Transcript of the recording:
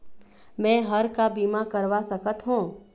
मैं हर का बीमा करवा सकत हो?